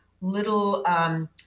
little